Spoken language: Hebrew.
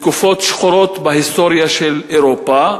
בתקופות שחורות בהיסטוריה של אירופה,